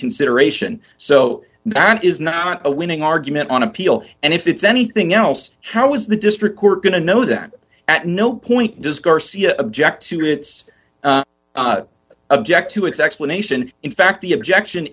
consideration so that it is not a winning argument on appeal and if it's anything else how is the district court going to know that at no point does garcia object to its object to its explanation in fact the objection